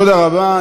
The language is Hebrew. תודה רבה.